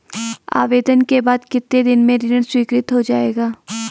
आवेदन के बाद कितने दिन में ऋण स्वीकृत हो जाएगा?